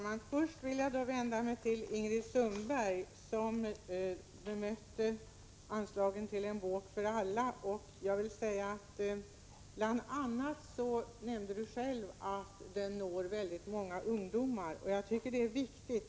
Fru talman! Jag vill börja med att vända mig till Ingrid Sundberg, som bemöter kravet på anslag till En bok för alla. Bl. a. nämnde hon själv att den når väldigt många ungdomar. Jag tycker att det är viktigt.